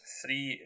three